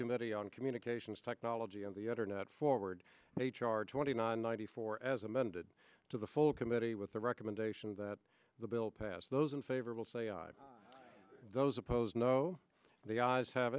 subcommittee on communications technology on the internet forward h r twenty nine ninety four as amended to the full committee with the recommendation that the bill pass those in favor will say i those opposed no the ayes have